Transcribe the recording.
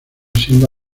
siendo